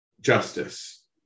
justice